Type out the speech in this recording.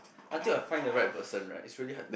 until I find the right person right is really hard to say